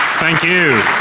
thank you.